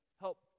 help